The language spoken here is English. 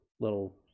little